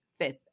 fifth